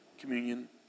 communion